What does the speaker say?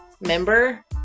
member